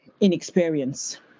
inexperience